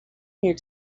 here